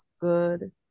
good